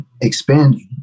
expanding